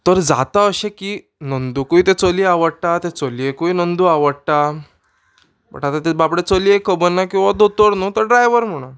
तर जाता अशें की नंदूकूय तें चली आवडटा तें चलयेकूय नंदू आवडटा बट आतां ते बाबडे चलयेक खबर ना की हो दोतोर न्हू तो ड्रायवर म्हणोन